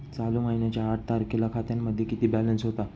चालू महिन्याच्या आठ तारखेला खात्यामध्ये किती बॅलन्स होता?